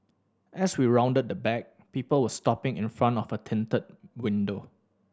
as we rounded the back people were stopping in front of a tinted window